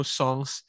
songs